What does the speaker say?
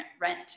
rent